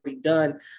done